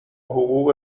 حقوق